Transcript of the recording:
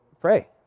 pray